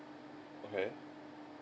okay